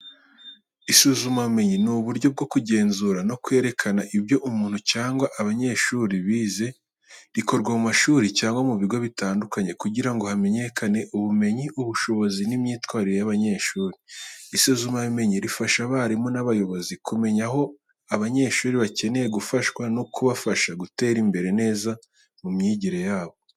Isuzumabumenyi ni uburyo bwo kugenzura no kwerekana ibyo umuntu cyangwa abanyeshuri bize. Rikorwa mu mashuri cyangwa mu bigo bitandukanye kugira ngo hamenyekane ubumenyi, ubushobozi n’imyitwarire y’abanyeshuri. Isuzumabumenyi rifasha abarimu n’abayobozi kumenya aho abanyeshuri bakeneye gufashwa no kubafasha gutera imbere neza mu myigire yabo.